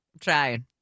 Trying